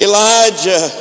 Elijah